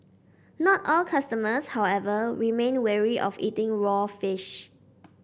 not all customers however remain wary of eating raw fish